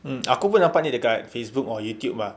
mm aku pun nampak ni dekat facebook or youtube ah